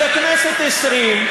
זו הכנסת העשרים,